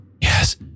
yes